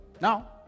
Now